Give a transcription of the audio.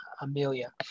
amelia